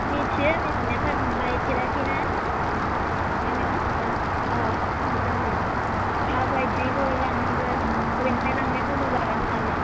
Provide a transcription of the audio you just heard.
मिथियो मिथिनाया ओमफ्राय बायफेराखै ना बेनिखायनो मिथिया अ मोन्दोंमोन माबायदिखौ लांनांगौ बबेनिफ्राय लांनाया मोजां जागोन होननानै